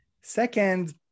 Second